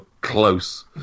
close